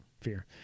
fear